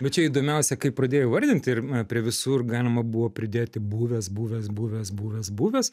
bet čia įdomiausia kai pradėjai vardinti ir prie visur galima buvo pridėti buvęs buvęs buvęs buvęs buvęs